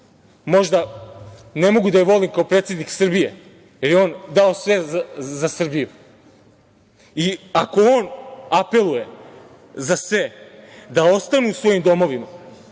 Možda ne mogu da je volim kao predsednik Srbije, jer je on dao sve za Srbiju, i ako on apeluje na sve da ostanu u svojim domovima,